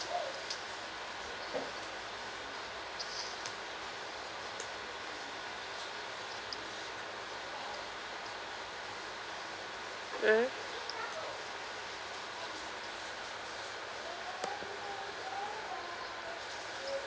mm